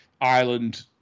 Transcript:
Ireland